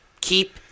Keep